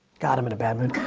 god, i'm and a bad mood.